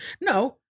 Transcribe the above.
No